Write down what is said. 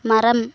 மரம்